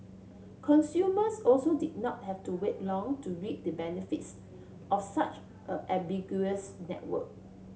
consumers also did not have to wait long to reap the benefits of such a ubiquitous network